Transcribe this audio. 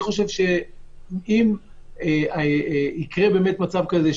אני חושב שאם יקרה מצב כזה,